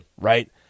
right